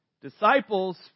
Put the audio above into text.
disciples